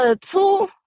two